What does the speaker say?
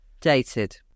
Dated